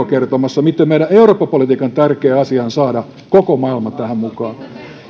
kertomassa miten meidän eurooppa politiikan tärkeä asia on saada koko maailma tähän mukaan